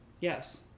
Yes